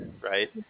right